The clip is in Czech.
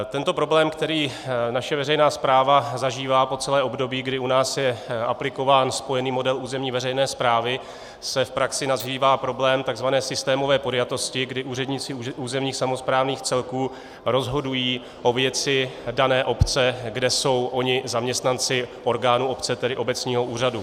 Tento problém, který naše veřejná správa zažívá po celé období, kdy u nás je aplikován spojený model územní veřejné správy, se v praxi nazývá problém takzvané systémové podjatosti, kdy úředníci územních samosprávných celků rozhodují o věci dané obce, kde jsou oni zaměstnanci orgánu obce, tedy obecního úřadu.